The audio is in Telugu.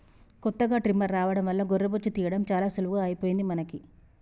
కొత్తగా ట్రిమ్మర్ రావడం వల్ల గొర్రె బొచ్చు తీయడం చాలా సులువుగా అయిపోయింది మనకి